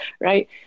right